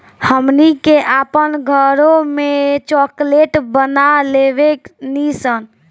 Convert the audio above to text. हमनी के आपन घरों में चॉकलेट बना लेवे नी सन